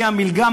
60,000,